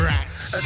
Rats